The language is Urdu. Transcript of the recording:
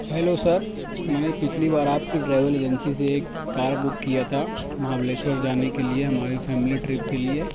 ہیلو سر میں نے پچھلی بار آپ کی ٹریول ایجنسی سے ایک کار بک کیا تھا مہابلیشور جانے کے لیے ہماری فیملی ٹرپ کے لیے